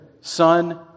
Son